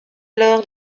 alors